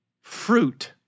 fruit